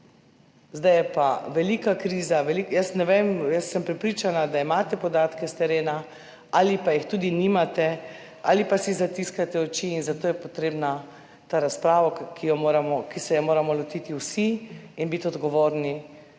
kriza pa je zdaj. Jaz ne vem, prepričana sem, da imate podatke s terena ali pa jih tudi nimate ali pa si zatiskate oči, zato je potrebna ta razprava, ki se je moramo lotiti vsi in biti odgovorni